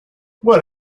what